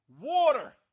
water